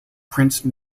prince